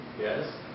Yes